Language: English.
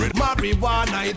marijuana